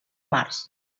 març